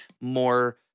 more